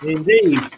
Indeed